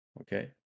Okay